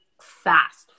fast